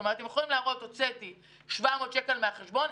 כלומר הם יכולים להראות: הוצאתי 700 שקל מן החשבון.